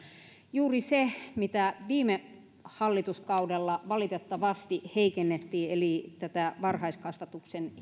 juuri se mitä viime hallituskaudella valitettavasti heikennettiin eli varhaiskasvatuksen